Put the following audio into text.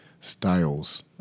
styles